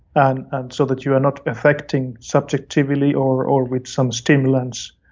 and and so that you are not affecting subjectively or or with some stimulants